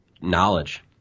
Knowledge